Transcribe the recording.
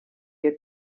your